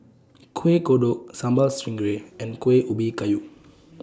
Kueh Kodok Sambal Stingray and Kueh Ubi Kayu